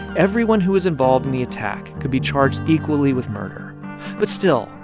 everyone who was involved in the attack could be charged equally with murder but still,